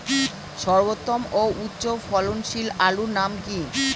সর্বোত্তম ও উচ্চ ফলনশীল আলুর নাম কি?